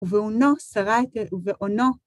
ואונן, סרק, ואונן.